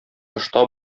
тышта